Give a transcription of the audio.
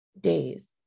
days